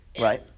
Right